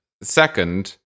Second